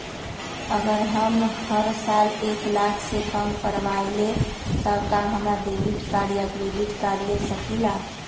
अगर हम हर साल एक लाख से कम कमावईले त का हम डेबिट कार्ड या क्रेडिट कार्ड ले सकीला?